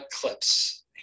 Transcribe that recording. clips